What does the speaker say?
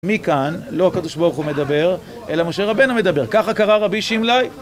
מכאן, לא הקדוש ברוך הוא מדבר, אלא משה רבנו מדבר. ככה קרא רבי שמלאי.